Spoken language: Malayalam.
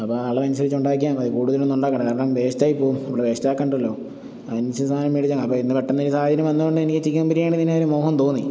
അളവ് അനുസരിച്ച് ഉണ്ടാക്കിയാൽ മതി കൂടുതലൊന്നും ഉണ്ടാക്കണ്ട കാരണം വേസ്റ്റായി പോകും നമ്മൾ വെസ്റ്റേക്കെ ഉണ്ടല്ലോ അത് അനുസരിച്ച് സാധനം മേടിച്ചാൽ അപ്പം ഇന്ന് പെട്ടന്നൊരു സാഹചര്യം വന്നത് കൊണ്ട് എനിക്ക് ചിക്കൻ ബിരിയാണി തിന്നാനൊരു മോഹം തോന്നി